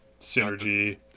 synergy